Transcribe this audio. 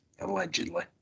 allegedly